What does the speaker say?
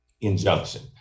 injunction